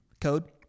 Code